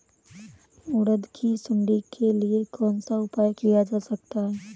उड़द की सुंडी के लिए कौन सा उपाय किया जा सकता है?